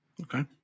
Okay